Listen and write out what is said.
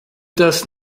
das